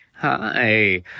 Hi